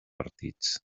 partits